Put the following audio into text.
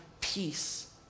peace